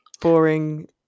boring